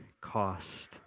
cost